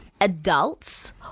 adults